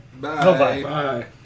Bye